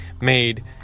made